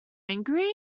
angry